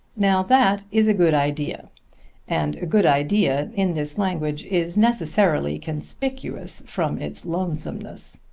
now that is a good idea and a good idea, in this language, is necessarily conspicuous from its lonesomeness.